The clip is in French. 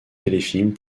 téléfilms